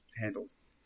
handles